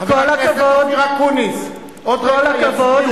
במפלגה שלך, חבר הכנסת אקוניס, עוד רגע יצביעו